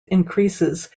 increases